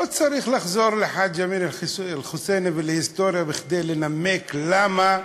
לא צריך לחזור לחאג' אמין אל-חוסייני ולהיסטוריה כדי לנמק למה,